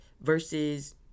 versus